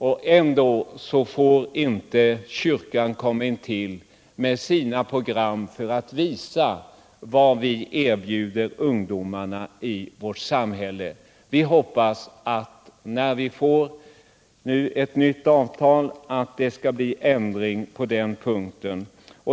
Och ändå får inte kyrkan komma in med sina program för att visa vad vi erbjuder ungdomarna i vårt samhälle. När vi nu får ett nytt avtal hoppas vi att det skall bli ändring på den punkten.